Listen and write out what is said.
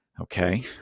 Okay